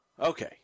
Okay